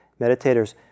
meditators